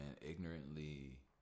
ignorantly